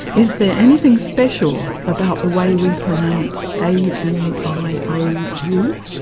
is there anything special about the way we pronounce ay, ee, eye, oh, you?